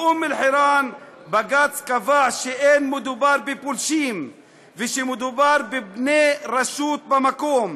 באום-אלחיראן בג"ץ קבע שלא מדובר בפולשים ושמדובר בבני רשות במקום,